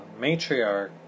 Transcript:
matriarch